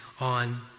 on